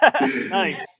Nice